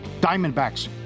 Diamondbacks